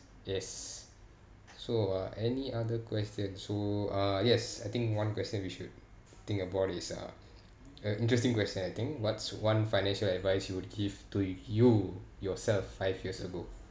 yes so uh any other question so uh yes I think one question we should think about is uh uh interesting question I think what's one financial advice you would to give to you yourself five years ago